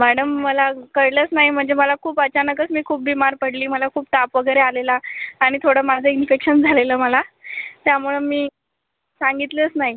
madam मला कळलंच नाही म्हणजे मला खूप अचानकच मी खूप बीमार पडली मला खूप ताप वगैरे आलेला आणि थोडं माझं इन्फेक्शन झालेलं मला त्यामुळे मी सांगितलंच नाही